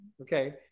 okay